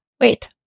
Wait